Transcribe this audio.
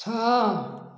ଛଅ